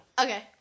okay